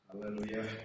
Hallelujah